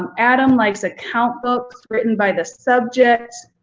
um adam likes account books written by the subject.